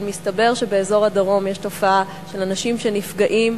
אבל מסתבר שבאזור הדרום יש תופעה של אנשים שנפגעים,